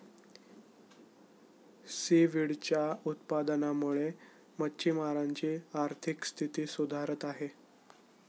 सीव्हीडच्या उत्पादनामुळे मच्छिमारांची आर्थिक स्थिती सुधारत आहे